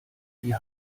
die